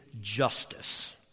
justice